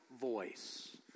voice